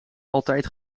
altijd